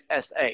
SA